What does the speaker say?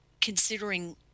considering